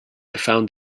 found